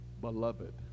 Beloved